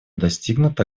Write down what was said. достигнут